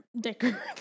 dicker